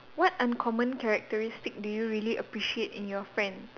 what uncommon characteristic do you really appreciate in your friend